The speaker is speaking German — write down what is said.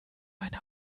meine